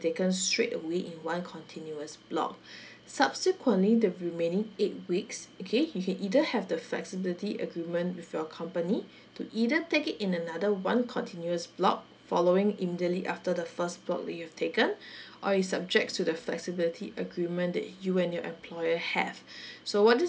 taken straight only in one continuous block subsequently the remaining eight weeks okay you can either have the flexibility agreement with your company to either take it in another one continuous block following immediately after the first block that you've taken or is subjects to the flexibility agreement that you and your employer have so what this